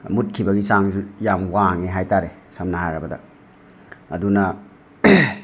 ꯃꯨꯠꯈꯤꯕꯒꯤ ꯆꯥꯡꯖꯨ ꯌꯥꯝ ꯋꯥꯡꯉꯦ ꯍꯥꯏꯇꯔꯦ ꯁꯝꯅ ꯍꯥꯏꯔꯕꯗ ꯑꯗꯨꯅ